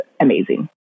amazing